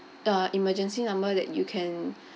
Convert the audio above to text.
a emergency number that you can